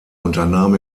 unternahm